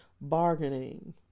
bargaining